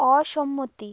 অসম্মতি